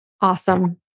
awesome